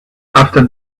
after